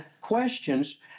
questions